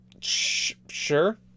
Sure